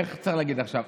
איך צריך להגיד עכשיו?